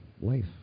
life